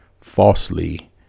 falsely